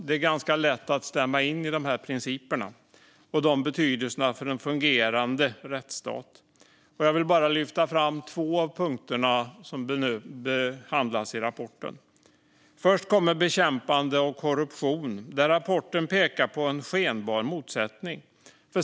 Det är ganska lätt att stämma in i dessa principer och deras betydelse för en fungerande rättsstat. Jag vill lyfta fram två av de punkter som behandlas i rapporten. Först kommer bekämpandet av korruption, där rapporten pekar på en skenbar motsättning.